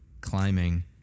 climbing